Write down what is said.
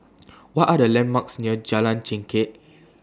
What Are The landmarks near Jalan Chengkek